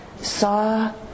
saw